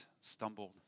stumbled